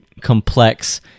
complex